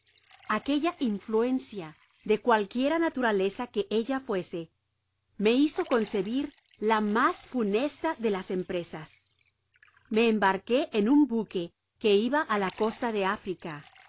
aquella influencia de cualquiera naturaleza que ella fuese me hizo concebir la mas funesta de las empresas me embarqué ep un buque que iba á la costa de africa